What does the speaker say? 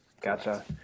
Gotcha